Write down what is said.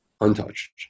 untouched